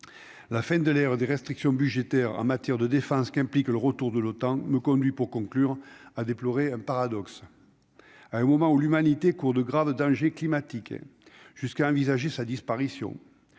la fin de l'ère des restrictions budgétaires en matière de défense qu'implique le retour de l'OTAN me conduit, pour conclure, a déploré un paradoxe, à un moment où l'humanité court de graves dangers climatiques et jusqu'à envisager sa disparition